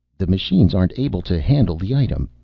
the machines aren't able to handle the item.